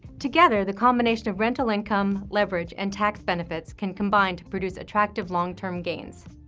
together, the combination of rental income, leverage, and tax benefits can combine to produce attractive long-term gains.